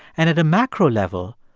and at a macro level,